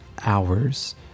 hours